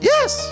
Yes